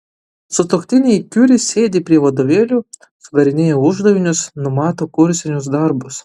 sutuoktiniai kiuri sėdi prie vadovėlių sudarinėja uždavinius numato kursinius darbus